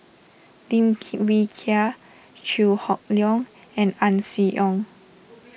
Lim Wee Kiak Chew Hock Leong and Ang Swee Aun